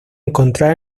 encontrar